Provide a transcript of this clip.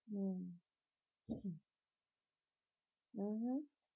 mm mmhmm